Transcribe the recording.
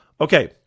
Okay